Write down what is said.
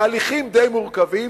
בהליכים די מורכבים,